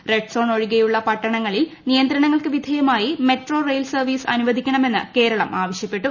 red zone ഒഴിക്കിയുള്ള പട്ടണങ്ങളിൽ നിയന്ത്രണ ങ്ങൾക്ക് വിധേയമായി മെട്ടോ് റെ്യിൽ സർവ്വീസ് അനുവദിക്കണ മെന്ന് കേരളം ആവശ്യപ്പെട്ടു